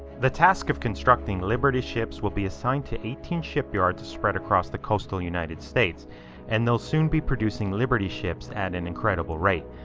the task of constructing liberty ships will be assigned to eighteen shipyards to spread across the coastal united states and they'll soon be producing liberty ships at an incredible rate.